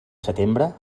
setembre